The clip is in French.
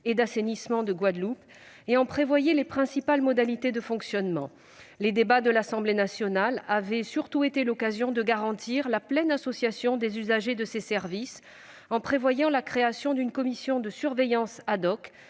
et d'assainissement de Guadeloupe et en prévoyait les principales modalités de fonctionnement. Les débats de l'Assemblée nationale avaient surtout été l'occasion de garantir la pleine association des usagers de ces services en prévoyant la création d'une commission de surveillance,